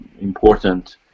important